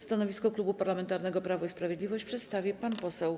Stanowisko Klubu Parlamentarnego Prawo i Sprawiedliwość przedstawi pan poseł